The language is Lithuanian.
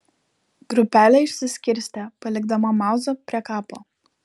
grupelė išsiskirstė palikdama mauzą prie kapo